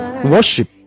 worship